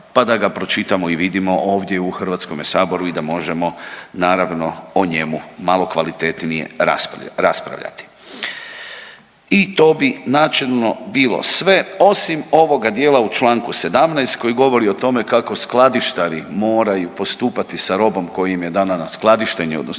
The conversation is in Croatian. pa da ga pročitamo i vidimo ovdje u HS-u i da možemo o njemu malo kvalitetnije raspravljati. I to bi načelno bilo sve osim ovoga dijela u čl. 17. koji govori o tome kako skladištari moraju postupati sa robom koja im je dana na skladištenje odnosno